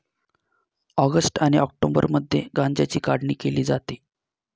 August आणि ऑक्टोबरमध्ये गांज्याची काढणी केली जाते